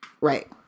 right